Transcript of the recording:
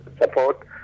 support